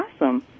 Awesome